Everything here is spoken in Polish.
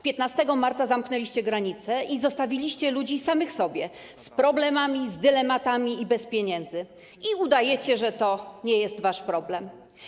15 marca zamknęliście granice i zostawiliście ludzi samych sobie, z problemami, z dylematami i bez pieniędzy, i udajecie, że to nie jest wasz problem.